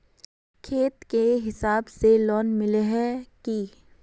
खेत के हिसाब से लोन मिले है की?